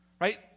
right